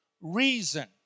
Reason